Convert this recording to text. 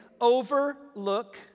overlook